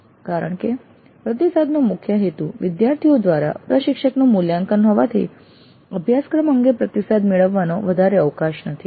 કારણ કે પ્રતિસાદનો મુખ્ય હેતુ વિદ્યાર્થીઓ દ્વારા પ્રશિક્ષકનું મૂલ્યાંકન હોવાથી અભ્યાસક્રમ અંગે પ્રતિસાદ મેળવવાનો વધારે અવકાશ નથી